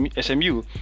SMU